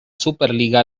superliga